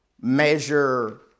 measure